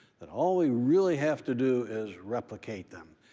that all we really have to do is replicate them.